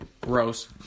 Gross